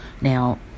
now